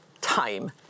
time